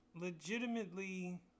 legitimately